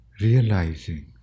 realizing